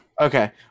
Okay